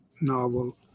novel